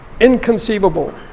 inconceivable